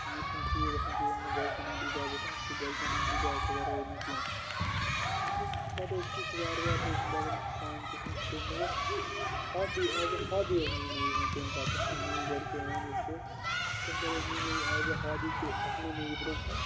أس چھِنہٕ ٹھیٖک گژھان کیٚنٛہ ییٚلہِ نہ گَرِکٮ۪ن ہُنٛد اِجازت آسہِ تہٕ گَرِکٮ۪ن ہُنٛد اِجازت وَرٲے نہ کینٛہہ مگر پَتہٕ حظ ہیٚچھ وارٕ وارٕ ہیٚچھ بَدل کامہِ تہِ ہیٚچھ تہٕ مگر ہابی ایز اےٚ ہابی حظ نی مےٚ تمہِ پَتہ ییٚلہِ مےٚ یہِ گرِکیٚو وون یِتھ پٲٹھۍ تمہِ پَتہٕ حظ نی مے یہِ ایز اےٚ ہابی تہٕ پکنٲو مےٚ یہِ برونٛہہ کُن